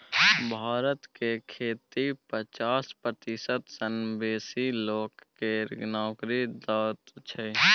भारत के खेती पचास प्रतिशत सँ बेसी लोक केँ नोकरी दैत छै